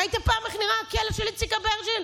ראיתם פעם איך נראה הכלא של איציק אברג'יל?